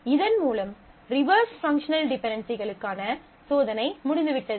இதன் மூலம் reverse functional டிபென்டென்சிகளுக்கான சோதனை முடிந்து விட்டது